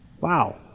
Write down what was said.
wow